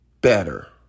better